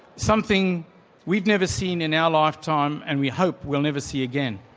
something we've never seen in our lifetime and we hope we'll never see again.